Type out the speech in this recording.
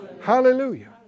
Hallelujah